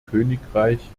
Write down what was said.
königreich